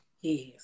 Yes